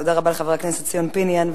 תודה רבה לחבר הכנסת ציון פיניאן.